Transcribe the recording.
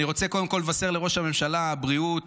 אני רוצה קודם כול לאחל לראש הממשלה בריאות,